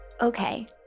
Okay